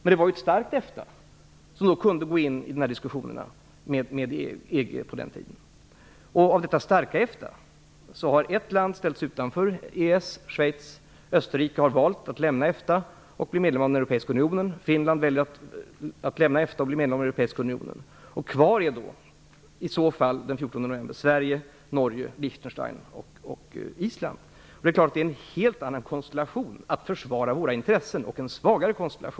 Det var ett starkt EFTA som kunde gå in i diskussioner med EG. Av detta starka EFTA har ett land ställts utanför EES - Schweiz. Österrike har valt att lämna EFTA och bli medlem av den europeiska unionen. Finland väljer att lämna EFTA och bli medlem av den europeiska unionen. Kvar skulle i så fall den 14 november vara Sverige, Norge, Liechtenstein och Island. Det är givetvis en helt annan och svagare konstellation när det gäller att försvara våra intressen.